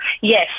Yes